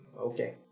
okay